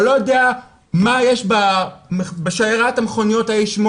אני לא יודע מה יש בשיירת המכוניות A8,